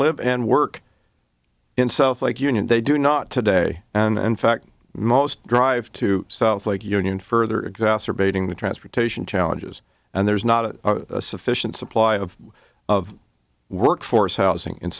live and work in south like union they do not today and fact most drive to like union further exacerbating the transportation challenges and there's not a sufficient supply of of workforce housing in